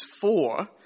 four